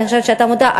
אני חושבת שאתה מודע,